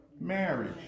Marriage